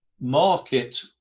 market